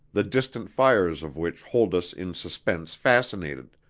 the distant fires of which hold us in suspense fascinated,